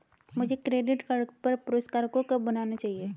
मुझे credit card पर पुरस्कारों को कब भुनाना चाहिए?